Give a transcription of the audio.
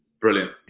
Brilliant